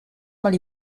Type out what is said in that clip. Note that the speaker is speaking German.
mal